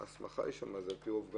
ההסכמה שם זה גם לשיטור,